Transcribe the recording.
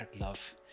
Love